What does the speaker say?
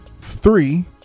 three